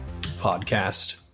podcast